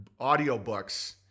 audiobooks